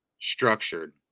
structured